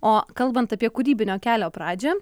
o kalbant apie kūrybinio kelio pradžią